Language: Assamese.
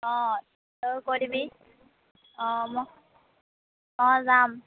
অঁ তয়ো কৈ দিবি অঁ মই অঁ যাম